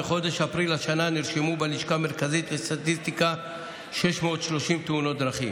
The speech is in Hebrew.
בחודש אפריל השנה נרשמו בלשכה המרכזית לסטטיסטיקה 630 תאונות דרכים.